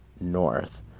north